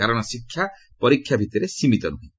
କାରଣ ଶିକ୍ଷା ପରୀକ୍ଷା ଭିତରେ ସୀମିତ ନୁହେଁ